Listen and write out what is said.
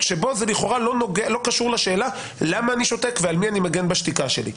שלכאורה הוא לא קשור לשאלה למה אני שותק ועל מי אני מגן בשתיקה שלי.